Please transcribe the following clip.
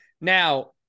Now